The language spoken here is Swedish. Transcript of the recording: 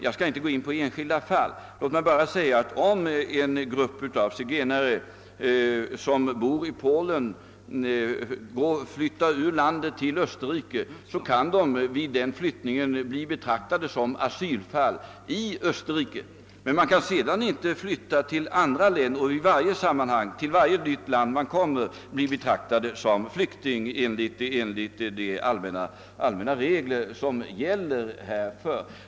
Jag skall inte gå in på enskilda fall; låt mig bara påpeka att om en grupp zigenare som bor i Polen flyttar ur landet till Österrike, kan de vid denna flyttning bli betraktade som asylfall i Österrike. De kan emellertid inte sedan flytta till andra länder och i varje nytt land som de kommer till bli betraktade som flyktingar enligt de allmänna regler som gäller härför.